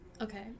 Okay